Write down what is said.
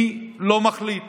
אני לא מחליט